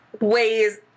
ways